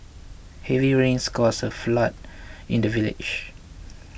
heavy rains caused a flood in the village